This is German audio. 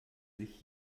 sich